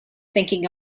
thinking